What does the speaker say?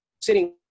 sitting